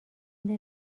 دلم